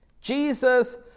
Jesus